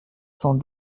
cent